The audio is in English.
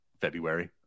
February